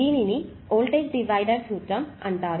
దీనిని voltage divider సూత్రం అని అంటారు